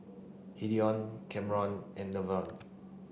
Hideo Kamron and Levern